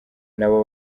nabo